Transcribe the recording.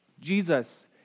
Jesus